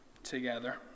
together